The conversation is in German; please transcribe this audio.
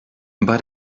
bei